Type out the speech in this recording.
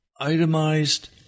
itemized